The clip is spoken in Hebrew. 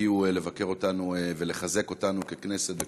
שהגיעו לבקר אותנו ולחזק אותנו ככנסת וכמדינה,